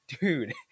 dude